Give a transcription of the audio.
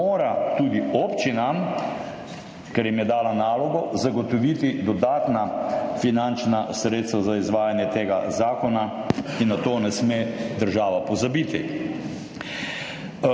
mora tudi občinam, ker jim je dala nalogo, zagotoviti dodatna finančna sredstva za izvajanje tega zakona in na to država ne sme pozabiti.